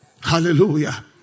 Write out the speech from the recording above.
Hallelujah